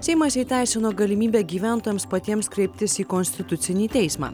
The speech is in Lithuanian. seimas įteisino galimybę gyventojams patiems kreiptis į konstitucinį teismą